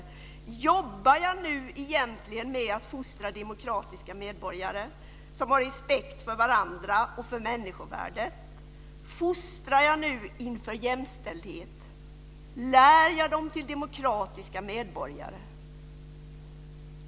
Jobbar jag nu egentligen med att fostra demokratiska medborgare som har respekt för varandra och för människovärdet? Fostrar jag nu inför jämställdhet? - Lär jag dem till demokratiska medborgare?"